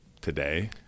today